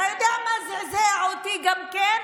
אתה יודע מה זעזע אותי גם כן?